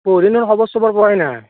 বহুদিন হ'ল খবৰ চবৰ পোৱাই নাই